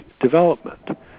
development